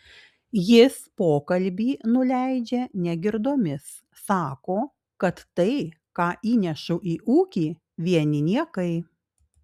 jis pokalbį nuleidžia negirdomis sako kad tai ką įnešu į ūkį vieni niekai